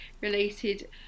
related